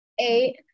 Eight